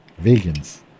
vegans